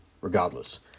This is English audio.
regardless